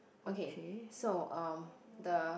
okay so (um)the